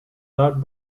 not